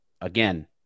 again